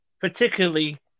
particularly